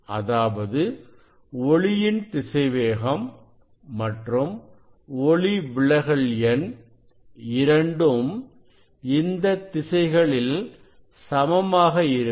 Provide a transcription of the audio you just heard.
அதாவது ஒளியின் திசைவேகம் மற்றும் ஒளிவிலகல் எண் இரண்டும் இந்த திசைகளில் சமமாக இருக்கும்